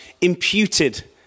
imputed